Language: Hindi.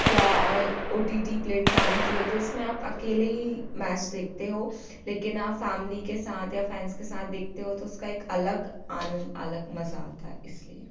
या on O T T platforms जिसमें आप अकेले ही मैच देखते हो लेकिन आप फैमिली के साथ या फ्रेंड्स के साथ देखते हो तो उसका एक अलग आनंद अलग मज़ा आता है इसलिए